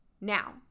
Now